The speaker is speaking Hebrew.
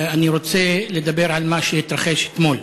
אני רוצה לדבר על מה שהתרחש אתמול.